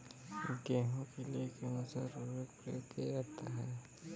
गेहूँ के लिए कौनसा उर्वरक प्रयोग किया जाता है?